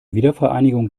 wiedervereinigung